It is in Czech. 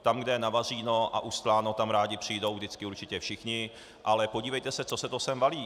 Tam, kde je navařeno a ustláno, tam rádi přijdou vždycky určitě všichni, ale podívejte se, co se to sem valí.